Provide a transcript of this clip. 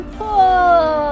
pull